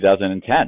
2010